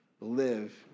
live